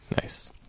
nice